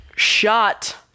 shot